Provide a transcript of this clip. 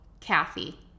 Kathy